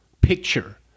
picture